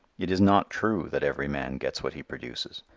it is not true that every man gets what he produces.